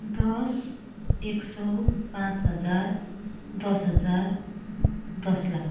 दस एक सौ पाँच हजार दस हजार दस लाख